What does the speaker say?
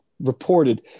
reported